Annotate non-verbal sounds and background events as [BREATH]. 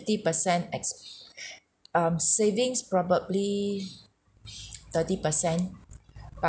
fifty per cent exp~ [BREATH] um savings probably [NOISE] thirty per cent but